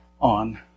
on